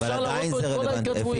ואפשר להראות כאן את כל ההתכתבויות.